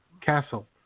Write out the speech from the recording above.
Castle